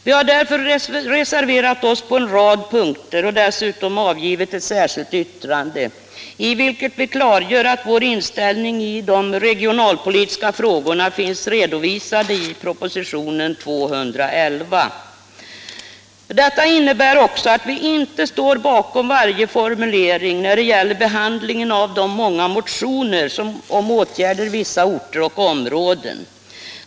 Vi har därför reserverat oss på en rad punkter och dessutom avgivit ett särskilt yttrande i vilket vi klargör att vår inställning i de regionalpolitiska frågorna finns redovisade i propositionen 211. Detta innebär också att vi inte står bakom varje formulering när det gäller behandlingen av de många motionerna om åtgärder i vissa orter och områden.